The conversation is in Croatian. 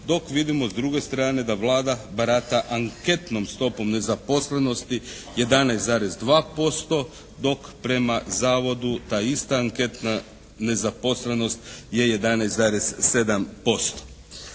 dok vidimo s druge strane da Vlada barata anketnom stopom nezaposlenosti 11,2%, dok prema zavodu ta ista anketna nezaposlenost je 11,7%.